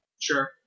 Sure